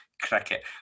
cricket